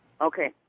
Okay